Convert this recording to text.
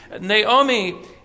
Naomi